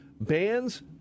bans